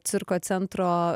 cirko centro